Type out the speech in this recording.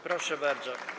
Proszę bardzo.